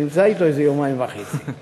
אני נמצא אתו איזה יומיים וחצי.